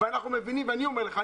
אני אומר לך,